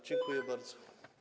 Dziękuję bardzo.